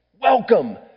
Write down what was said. welcome